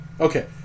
Okay